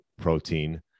protein